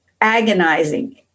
agonizing